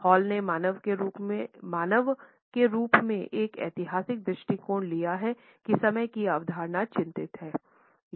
hall ने मानव के रूप में एक ऐतिहासिक दृष्टिकोण लिया है कि समय की अवधारणा चिंतित है